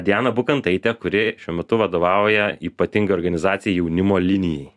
diana bukantaitė kuri šiuo metu vadovauja ypatingai organizacijai jaunimo linijai